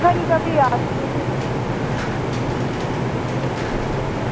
खरी भी अस तुसें गी